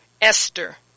Esther